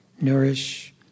nourish